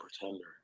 pretender